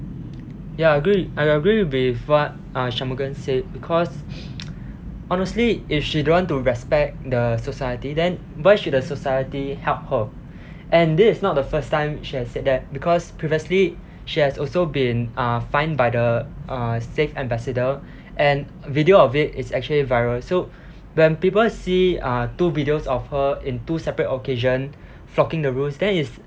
ya I agree I agree with what uh shanmugam said because honestly if she don't want to respect the society then why should the society help her and this is not the first time she has said that because previously she has also been uh fined by the uh safe ambassador and video of it is actually viral so when people see uh two videos of her in two separate occasion flouting the rules then it's